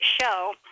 show